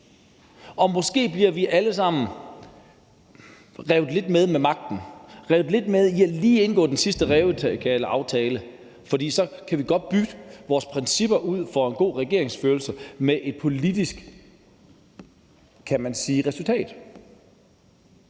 Måske bliver vi alle sammen revet lidt med af magten, revet lidt med til lige at indgå den sidste rævekageaftale, for så kan vi godt bytte vores principper om god regeringsførelse ud med et politisk resultat,